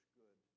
good